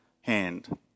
hand